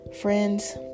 Friends